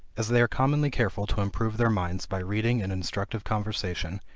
as they are commonly careful to improve their minds by reading and instructive conversation,